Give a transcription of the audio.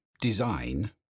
design